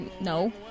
No